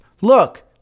look